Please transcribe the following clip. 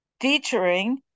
featuring